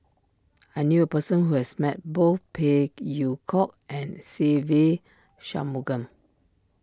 I knew a person who has met both Phey Yew Kok and Se Ve Shanmugam